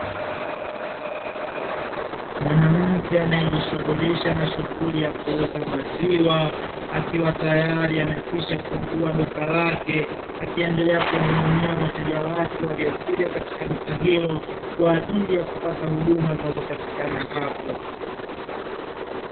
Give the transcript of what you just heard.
Mwanamke anaejishughulisha na shughuli ya kuuza maziwa akiwa tayari amekwisha fungua duka lake, akiendelea kuwahudumia wateja wake waliokuja katika duka hilo, kwa ajili ya kupata huduma zinazopatikana hapo.